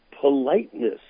politeness